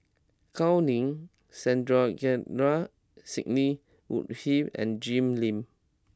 Gao Ning Sandrasegaran Sidney Woodhull and Jim Lim